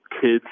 kids